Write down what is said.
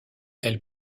elle